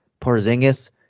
Porzingis